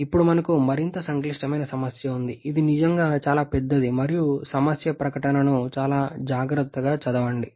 ఇప్పుడు మనకు మరింత సంక్లిష్టమైన సమస్య ఉంది ఇది నిజంగా చాలా పెద్దది మరియు సమస్య ప్రకటనను చాలా చాలా జాగ్రత్తగా చదవండి